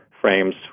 frames